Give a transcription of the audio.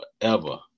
forever